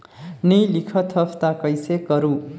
नी लिखत हस ता कइसे करू?